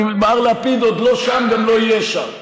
גם לפיד, מר לפיד עוד לא שם, גם לא יהיה שם,